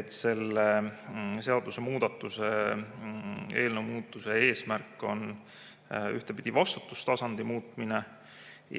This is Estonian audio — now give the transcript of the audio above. et selle seadusemuudatuse ja eelnõu eesmärk on vastutustasandi muutmine